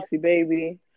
Baby